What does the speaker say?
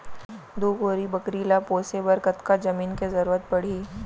दू कोरी बकरी ला पोसे बर कतका जमीन के जरूरत पढही?